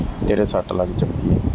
ਤੇਰੇ ਸੱਟ ਲੱਗ ਚੁੱਕੀ ਹੈ